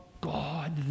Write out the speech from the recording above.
God